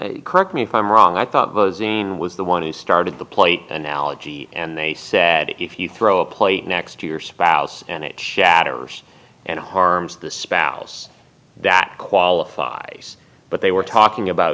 correct me if i'm wrong i thought it was the one who started the plight analogy and they said if you throw a plate next to your spouse and it shatters and harms the spouse that qualifies but they were talking about